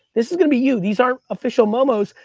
this is gonna be you, these are official momos,